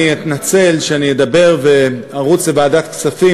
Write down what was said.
אני אתנצל על כך שאני אדבר וארוץ לוועדת הכספים,